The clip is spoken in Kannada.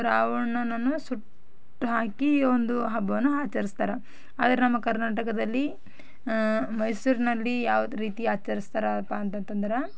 ರಾವಣನನ್ನು ಸುಟ್ಟು ಹಾಕಿ ಈ ಒಂದು ಹಬ್ಬವನ್ನು ಆಚರಿಸ್ತಾರೆ ಆದ್ರೆ ನಮ್ಮ ಕರ್ನಾಟಕದಲ್ಲಿ ಮೈಸೂರಿನಲ್ಲಿ ಯಾವುದು ರೀತಿ ಆಚರಿಸ್ತಾರೆಪ್ಪಾ ಅಂತಂತಂದ್ರೆ